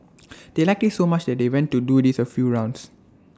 they liked IT so much that they went to do this A few rounds